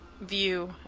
view